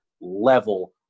level